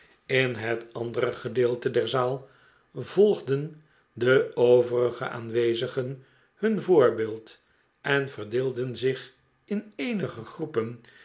in het andere gedeelte der zaal volgden de overige aanwezigen hun voorbeeld en verdeelden zich in eenige groepen